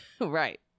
Right